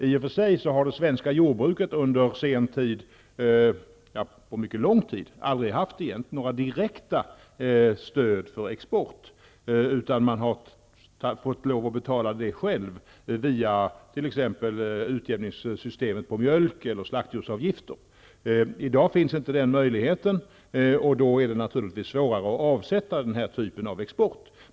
I och för sig har det svenska jordbruket inte på mycket lång tid haft några direkta stöd för export, utan man har fått lov att själv betala detta via exempelvis utjämningssystemet i fråga om mjölken och slakthusavgifter. I dag finns inte den möjligheten, och då är det naturligtvis svårare att avsätta den här typen av export.